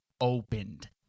opened